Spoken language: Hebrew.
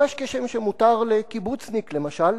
ממש כשם שמותר לקיבוצניק, למשל,